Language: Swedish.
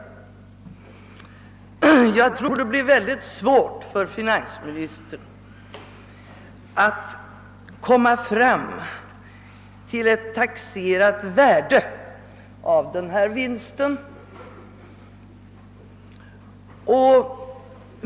Jag förutsätter att det blir oerhört svårt för finansministern att åsätta den vinsten ett taxerat värde.